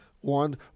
One